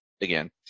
again